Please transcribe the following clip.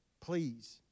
please